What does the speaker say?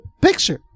picture